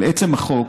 לעצם החוק